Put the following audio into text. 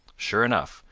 sure enough,